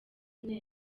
kenya